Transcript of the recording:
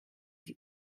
die